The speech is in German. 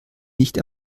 nicht